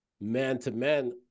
man-to-man